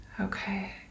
Okay